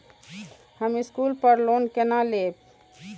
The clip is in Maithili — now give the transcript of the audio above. हम स्कूल पर लोन केना लैब?